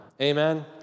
Amen